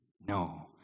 No